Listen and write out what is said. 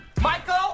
Michael